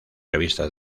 revistas